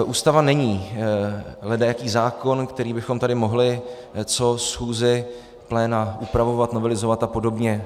Ústava není ledajaký zákon, který bychom tady mohli co schůzi pléna upravovat, novelizovat apod.